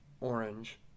orange